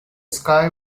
sky